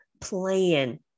plan